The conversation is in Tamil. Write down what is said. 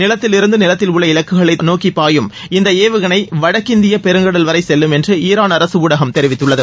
நிலத்தில் இருந்து நிலத்தில் உள்ள இலக்குகளை நோக்கி பாயும் இந்த ஏவுகளை வடக்கு இந்திய பெருங்கடல் வரை செல்லும் என்று ஈரான் அரசு ஊடகம் தெரிவித்துள்ளது